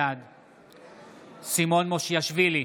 בעד סימון מושיאשוילי,